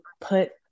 put